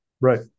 Right